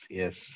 yes